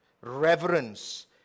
Reverence